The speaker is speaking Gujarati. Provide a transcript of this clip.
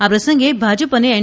આ પ્રસંગે ભાજપ અને એન